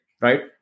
right